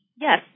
Yes